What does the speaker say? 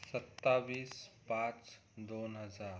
सत्तावीस पाच दोन हजार